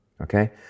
okay